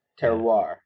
Terroir